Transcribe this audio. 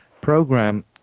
program